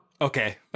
Okay